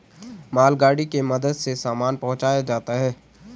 मालगाड़ी के मदद से सामान पहुंचाया जाता है